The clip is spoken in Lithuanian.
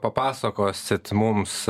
papasakosit mums